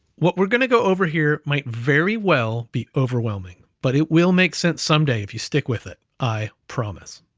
what we're gonna go over here might very well be overwhelming, but it will make sense someday if you stick with it. i promise,